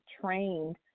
trained